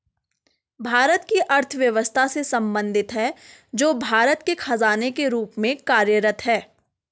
भारत की अर्थव्यवस्था से संबंधित है, जो भारत के खजाने के रूप में कार्यरत है